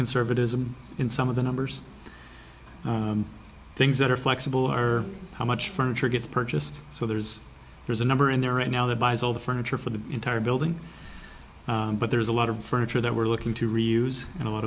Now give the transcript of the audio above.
conservatism in some of the numbers things that are flexible are how much furniture gets purchased so there's there's a number in there right now that buys all the furniture for the entire building but there's a lot of furniture that we're looking to reuse and a lot